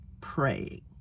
praying